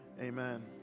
Amen